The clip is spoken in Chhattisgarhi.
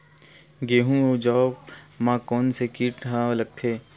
गेहूं अउ जौ मा कोन से कीट हा लगथे?